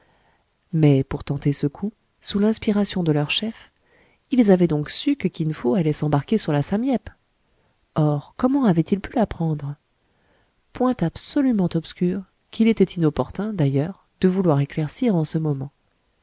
mais pour tenter ce coup sous l'inspiration de leur chef ils avaient donc su que kin fo allait s'embarquer sur la sam yep or comment avaient ils pu l'apprendre point absolument obscur qu'il était inopportun d'ailleurs de vouloir éclaircir en ce moment